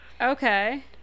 Okay